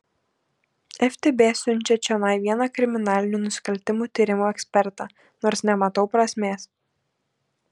ftb siunčia čionai vieną kriminalinių nusikaltimų tyrimų ekspertą nors nematau prasmės